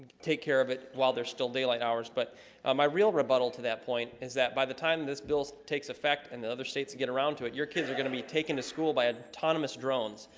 take care of it while there's still daylight hours but my real rebuttal to that point is that by the time this bill takes effect and the other states get around to it your kids are gonna be taken to school by and autonomous drones,